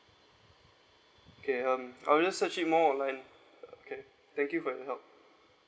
okay um I'll just search it more online okay thank you for your help